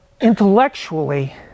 intellectually